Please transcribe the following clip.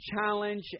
challenge